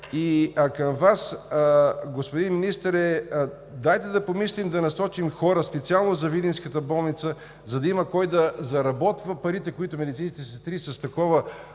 Към Вас, господин Министър – дайте да помислим, да насочим хора специално за видинската болница, за да има кой да заработва парите, които медицинските сестри с такова